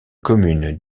commune